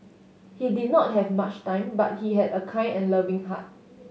he did not have much time but he had a kind and loving heart